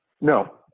No